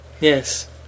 yes